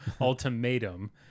ultimatum